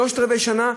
שלושת-רבעי שנה,